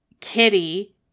Kitty